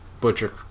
butcher